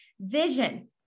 Vision